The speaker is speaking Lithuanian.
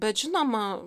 bet žinoma